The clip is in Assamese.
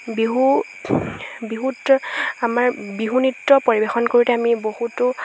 বিহু বিহুত আমাৰ বিহু নৃত্য পৰিৱেশন কৰোঁতে আমি বহুতো